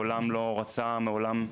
מעולם לא רצה כלום.